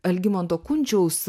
algimanto kunčiaus